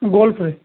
ଗୋଲ୍ଫରେ